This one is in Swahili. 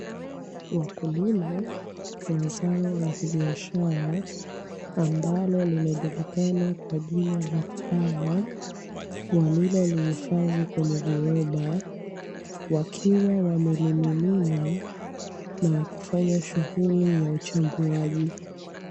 Wakulima wa zao la kibiashara ambalo linajulikana kwa jina la kahawa walilo lihifadhi kwenye viroba wakiwa wamelimimina na wakifanya shuhuli ya uchambuaji.